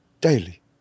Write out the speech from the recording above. daily